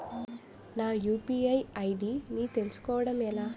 నా UPI ID ని తెలుసుకోవడం ఎలా?